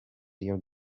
your